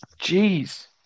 Jeez